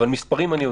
אבל מספרים אני יודע.